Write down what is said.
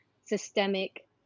systemic